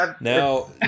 Now